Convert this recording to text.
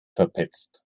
verpetzt